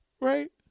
Right